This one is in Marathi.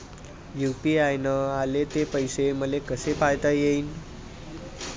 यू.पी.आय न आले ते पैसे मले कसे पायता येईन?